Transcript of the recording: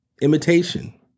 Imitation